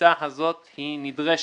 הקפיצה הזאת נדרשת,